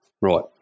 Right